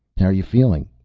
how are you feeling?